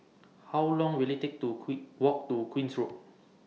How Long Will IT Take to quick Walk to Queen's Road